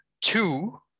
two